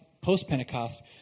post-Pentecost